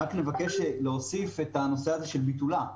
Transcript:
ואנחנו רק מבקשים להוסיף את הנושא של ביטולה.